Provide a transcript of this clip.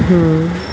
हम्म